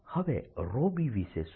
હવે b વિષે શું